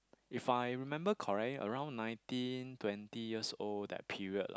if I remember correctly around nineteen twenty years old that period